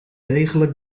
degelijk